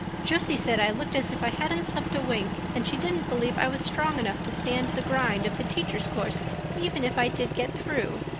josie said i looked as if i hadn't slept a wink and she didn't believe i was strong enough to stand the grind of the teacher's course even if i did get through.